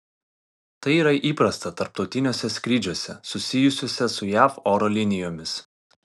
tai yra įprasta tarptautiniuose skrydžiuose susijusiuose su jav oro linijomis